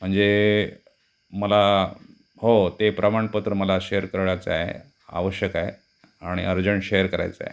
म्हणजे मला हो ते प्रमाणपत्र मला शेअर करायचं आहे आवश्यक आहे आणि अर्जंट शेअर करायचं आहे